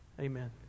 Amen